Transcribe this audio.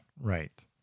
Right